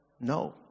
No